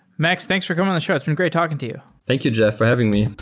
max, thanks for coming on the show. it's been great talking to you thank you jeff for having me